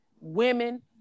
women